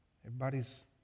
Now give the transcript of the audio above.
Everybody's